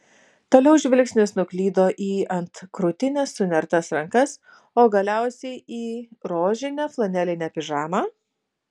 toliau žvilgsnis nuklydo į ant krūtinės sunertas rankas o galiausiai į rožinę flanelinę pižamą